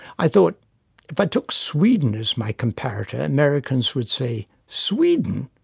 i thought if i took sweden as my comparator, americans would say sweden!